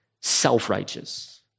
self-righteous